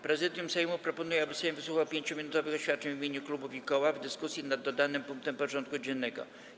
Prezydium Sejmu proponuje, aby Sejm wysłuchał 5-minutowych oświadczeń w imieniu klubów i koła w dyskusji nad dodanym punktem porządku dziennego.